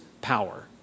power